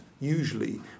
usually